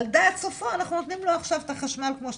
על דעת סופו אנחנו נותנים לו עכשיו את החשמל כמו שצריך,